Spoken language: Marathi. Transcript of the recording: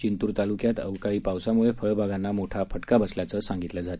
जिंतूर तालुक्यात अवकाळी पावसामुळे फळबागांना मोठा फटका बसल्याचे सांगण्यात येते